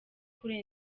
kuri